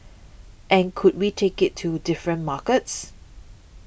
and could we take it to different markets